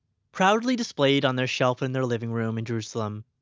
proudly displayed on their shelf in their living room in jerusalem,